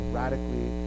radically